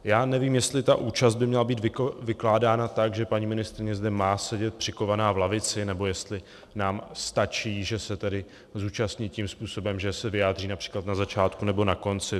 Já nevím, jestli ta účast by měla být vykládána tak, že paní ministryně zde má sedět přikovaná v lavici, nebo jestli nám stačí, že se tedy zúčastní tím způsobem, že se vyjádří například na začátku nebo na konci.